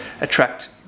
attract